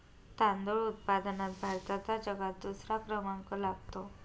तांदूळ उत्पादनात भारताचा जगात दुसरा क्रमांक लागतो